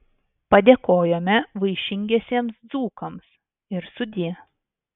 padėkojome vaišingiesiems dzūkams ir sudie